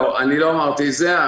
לא, לא אמרתי את זה.